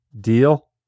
Deal